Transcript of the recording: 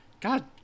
god